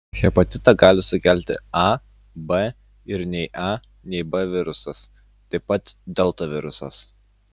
hepatitą gali sukelti a b ir nei a nei b virusas taip pat delta virusas